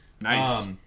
Nice